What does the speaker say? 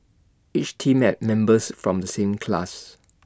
each team had members from the same class